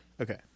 Okay